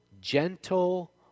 gentle